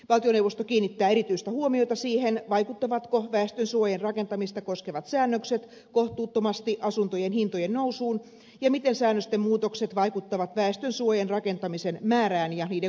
valtioneuvosto kiinnittää erityistä huomiota siihen vaikuttavatko väestönsuojien rakentamista koskevat säännökset kohtuuttomasti asuntojen hintojen nousuun ja miten säännösten muutokset vaikuttavat väestönsuojien rakentamisen määrään ja niiden kustannuksiin